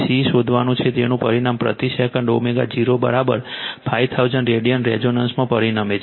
C શોધવાનું છે જેનું પરિણામ પ્રતિ સેકન્ડ ω0 5000 રેડિયન રેઝોનન્સમાં પરિણમે છે